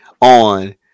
on